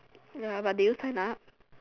ya but did you sign up